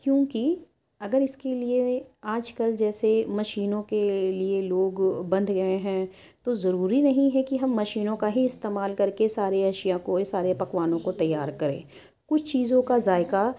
کیوں کہ اگر اس کے لیے آج کل جیسے مشینوں کے لیے لوگ بندھ گئے ہیں تو ضروری نہیں ہے کہ ہم مشینوں کا ہی استعمال کر کے سارے اشیا کو سارے پکوانوں کو تیار کریں کچھ چیزوں کا ذائقہ